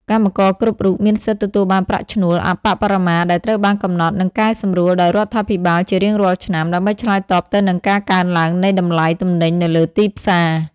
កម្មករគ្រប់រូបមានសិទ្ធិទទួលបានប្រាក់ឈ្នួលអប្បបរមាដែលត្រូវបានកំណត់ និងកែសម្រួលដោយរដ្ឋាភិបាលជារៀងរាល់ឆ្នាំ ដើម្បីឆ្លើយតបទៅនឹងការកើនឡើងនៃតម្លៃទំនិញនៅលើទីផ្សារ។